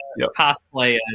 cosplay